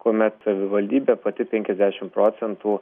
kuomet savivaldybė pati penkiasdešim procentų